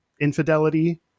infidelity